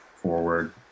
forward